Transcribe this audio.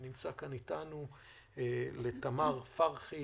איציק צרפתי, שנמצא כאן איתנו; לתמר פרחי,